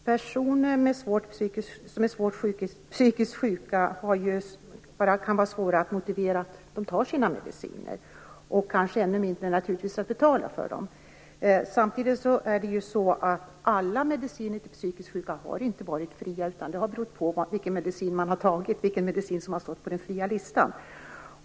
Herr talman! Det kan vara svårt att motivera personer som är svårt psykiskt sjuka att ta sina mediciner, och kanske ännu mer att betala för dem. Samtidigt har inte alla mediciner till psykiskt sjuka varit fria, utan det har berott på vilken medicin man har tagit, vilken medicin som har stått på den fria listan.